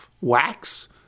wax